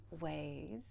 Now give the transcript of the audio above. ways